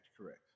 Correct